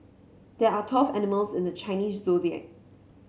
there are twelve animals in the Chinese Zodiac